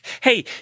Hey